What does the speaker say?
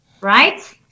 Right